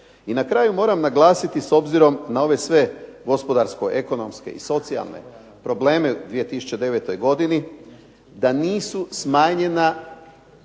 I na kraju moram naglasiti s obzirom na ove sve gospodarsko-ekonomske i socijalne probleme u 2009. godini da nisu smanjena